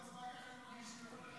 התשפ"ד